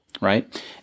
Right